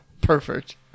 Perfect